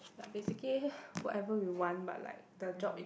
ya basically whatever we want but like the job it